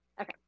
okay